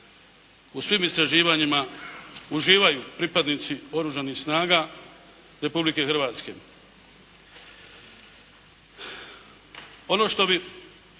u svim istraživanjima uživaju pripadnici Oružanih snaga Republike Hrvatske. Ono što bi